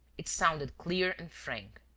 it sounded clear and frank.